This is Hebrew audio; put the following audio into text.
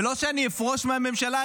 ולא שאני אפרוש מהממשלה,